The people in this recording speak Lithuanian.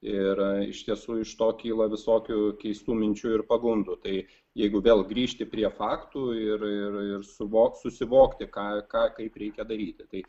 ir iš tiesų iš to kyla visokių keistų minčių ir pagundų tai jeigu vėl grįžti prie faktų ir ir ir suvokt susivokti ką ką kaip reikia daryti tai